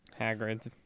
Hagrid